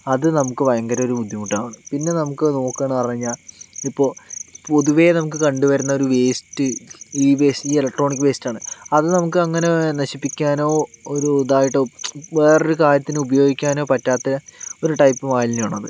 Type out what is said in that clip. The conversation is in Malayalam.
അത് നമുക്ക് ഭയങ്കര ഒരു ബുദ്ധിമുട്ടാണ് പിന്നെ നമുക്ക് നോക്കുകയാണെന്ന് പറഞ്ഞു കഴിഞ്ഞാൽ ഇപ്പോൾ പൊതുവേ നമുക്ക് കണ്ടു വരുന്നൊരു വേസ്റ്റ് ഈ വേസ്റ്റ് ഈ ഇലക്ട്രോണിക് വേസ്റ്റ് ആണ് അത് നമുക്ക് അങ്ങനെ നശിപ്പിക്കാനോ ഒരു ഇതായിട്ടോ വേറൊരു കാര്യത്തിന് ഉപയോഗിക്കാനോ പറ്റാത്ത ഒരു ടൈപ്പ് മാലിന്യം ആണത്